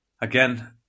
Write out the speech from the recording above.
again